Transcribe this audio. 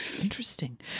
Interesting